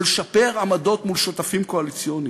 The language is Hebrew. או לשפר עמדות מול שותפים קואליציוניים,